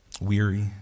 weary